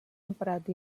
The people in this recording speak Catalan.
emprat